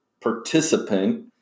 participant